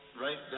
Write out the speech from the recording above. right